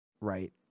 Right